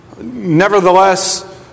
Nevertheless